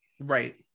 Right